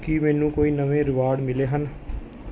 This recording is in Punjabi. ਕੀ ਮੈਨੂੰ ਕੋਈ ਨਵੇਂ ਰਿਵਾਰਡ ਮਿਲੇ ਹਨ